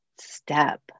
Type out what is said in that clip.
step